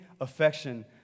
affection